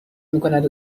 میکند